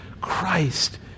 Christ